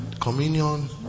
communion